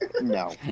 No